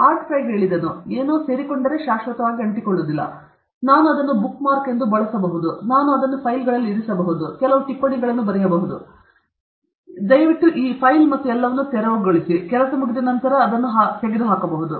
art Fry ಹೇಳಿದನು ಏನೋ ಸೇರಿಕೊಂಡರೆ ಶಾಶ್ವತವಾಗಿ ಅಂಟಿಕೊಳ್ಳುವುದಿಲ್ಲ ನಾನು ಅದನ್ನು ಬುಕ್ಮಾರ್ಕ್ ಎಂದು ಬಳಸಬಹುದು ನಾನು ಅದನ್ನು ಫೈಲ್ಗಳಲ್ಲಿ ಇರಿಸಬಹುದು ಮತ್ತು ನಾನು ಕೆಲವು ಟಿಪ್ಪಣಿಗಳನ್ನು ಬರೆಯಬಹುದು ದಯವಿಟ್ಟು ಈ ಫೈಲ್ ಮತ್ತು ಎಲ್ಲವನ್ನು ತೆರವುಗೊಳಿಸಿ ಕೆಲಸ ಮುಗಿದ ನಂತರ ಅದನ್ನು ತೆಗೆದುಹಾಕಬಹುದು